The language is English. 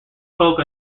spoke